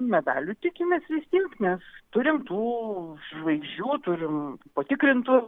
medalių tikimės vis tiek nes turim tų žvaigždžių turime patikrintų